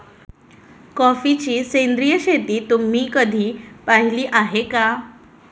कॉफीची सेंद्रिय शेती तुम्ही कधी पाहिली आहे का?